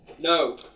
No